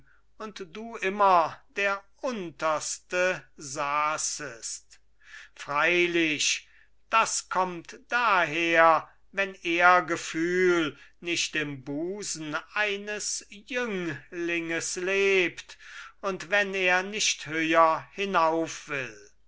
und du immer der unterste saßest freilich das kommt daher wenn ehrgefühl nicht im busen eines jünglinges lebt und wenn er nicht höher hinauf will